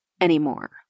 anymore